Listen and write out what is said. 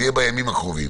זה יהיה בימים הקרובים.